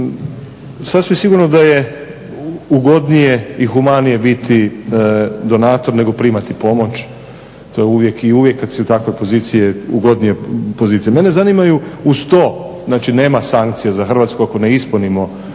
Sasvim sigurno da je ugodnije i humanije biti donator nego primati pomoć, to je uvijek i uvijek kad si u takvoj poziciji je ugodnija pozicija. Mene zanimaju uz to, znači nema sankcija za Hrvatsku ako ne ispunimo predviđanja